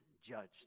judged